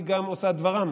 היא גם עושת דברם.